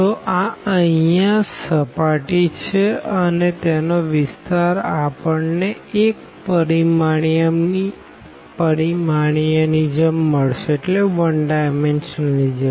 તો આ અહિયાં સર્ફેસ છે અને તેનો વિસ્તાર આપણને એક પરિમાણીય ની જેમ મળી જશે